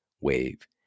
wave